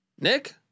Nick